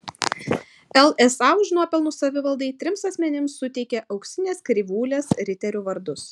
lsa už nuopelnus savivaldai trims asmenims suteikė auksinės krivūlės riterių vardus